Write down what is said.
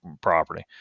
property